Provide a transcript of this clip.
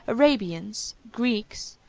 arabians, greeks,